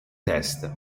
test